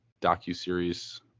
docuseries